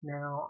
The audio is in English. Now